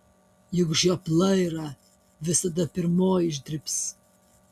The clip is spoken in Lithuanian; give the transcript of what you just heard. juk žiopla yra visada pirmoji išdribs